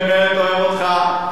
ואני באמת אוהב אותך.